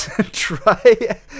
try